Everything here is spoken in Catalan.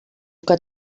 que